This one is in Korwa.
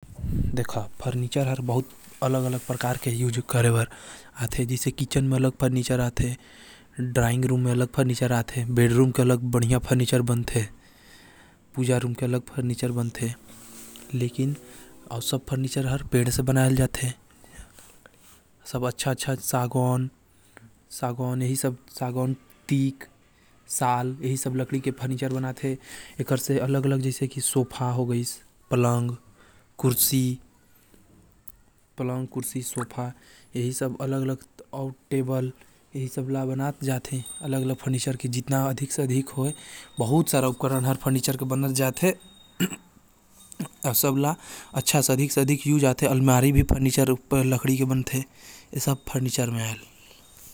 फर्नीचर अलग अलग प्रकार के होथे हर घरे होथे जैसे पलंग कुर्सी टेबल खाना खाये के कुर्सी टेबल पढ़े लिखे वाले टेबल कुर्सी और ऐ कर निर्माण बड़ाई मिस्त्री लकड़ी ले करथे लकड़ी सगोन, साल, नीम, आम, खमार आदि के होथे।